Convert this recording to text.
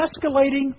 escalating